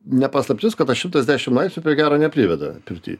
ne paslaptis kad tas šimtas dešim laipsnių prie gero nepriveda pirty